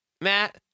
Matt